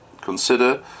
Consider